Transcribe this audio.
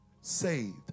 SAVED